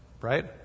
right